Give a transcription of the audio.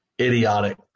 idiotic